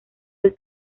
del